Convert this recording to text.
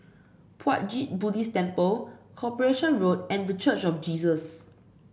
Puat Jit Buddhist Temple Corporation Road and The Church of Jesus